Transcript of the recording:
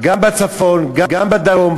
גם בצפון וגם בדרום.